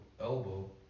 elbow